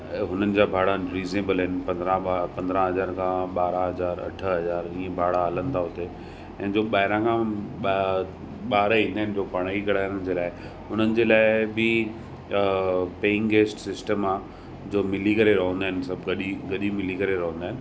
ऐं हुननि जा भाड़ा रीज़नेब्ल आहिनि पंद्रहं ॿ पंद्रहं हज़ार खां ॿारहं हज़ार अठ हज़ार हीअ भाड़ा हलनि था हुते ऐं जो ॿाहिरां खां ॿार ईंदा आहिनि जो पढ़ाई करण जे लाइ हुननि जे लाइ बी पेईंग गेस्ट सिस्टम आहे जो मिली करे रहंदा आहिनि सभु गॾी गॾी मिली करे रहंदा आहिनि